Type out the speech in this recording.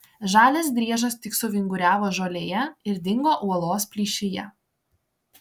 žalias driežas tik suvinguriavo žolėje ir dingo uolos plyšyje